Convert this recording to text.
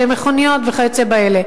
למכוניות וכיוצא באלה,